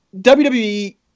WWE